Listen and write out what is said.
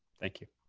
thank you.